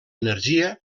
energia